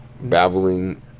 babbling